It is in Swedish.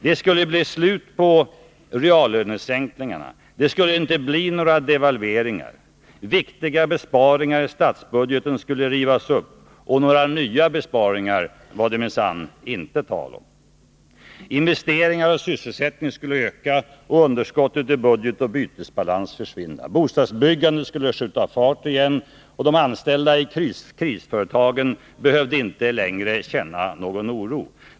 Det skulle bli slut på reallönesänkningarna. Det skulle inte bli några devalveringar. Viktiga besparingar i statsbudgeten skulle rivas upp, och några nya var det minsann inte tal om. Investeringar och sysselsättning skulle öka och underskott i budget och bytesbalans försvinna. Bostadsbyggandet skulle skjuta fart igen och de anställda i krisföretagen behövde inte längre känna någon oro.